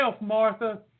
Martha